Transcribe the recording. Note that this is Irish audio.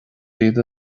siad